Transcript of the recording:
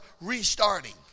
restarting